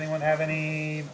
anyone have any